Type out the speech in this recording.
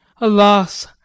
Alas